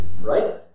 right